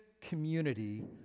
community